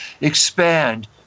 expand